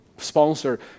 sponsor